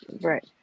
Right